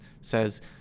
says